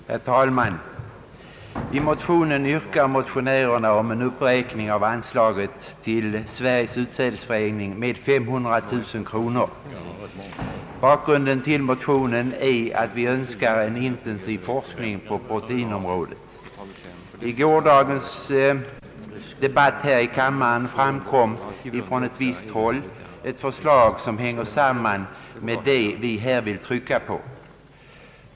Herr talman! I motionsparet I:819 och II: 979 yrkas på en uppräkning av anslaget till Sveriges utsädesförening med 500 000 kronor. Bakgrunden till motionen är att motionärerna Önskar en intensiv forskning på proteinområdet. Under gårdagens debatt här i kammaren framkom från visst håll ett förslag, som hänger samman med det vi här vill trycka på.